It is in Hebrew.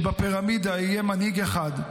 שבפירמידה יהיה מנהיג אחד,